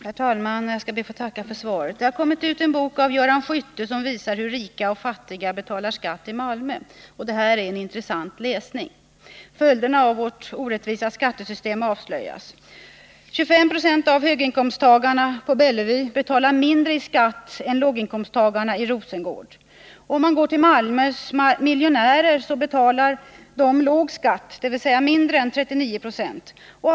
Herr talman! Jag skall be att få tacka för svaret. Det har kommit en bok av Göran Skytte som visar hur rika och fattiga betalar skatt i Malmö. Det är en intressant läsning. Följderna av vårt orättvisa skattesystem avslöjas. 2570 av höginkomsttagarna på Bellevue betalar mindre i skatt än låginkomsttagarna i Rosengård. Om man går till Malmös miljonärer, så Nr 54 finner man att de betalar låg skatt, dvs. mindre än 39 26.